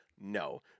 No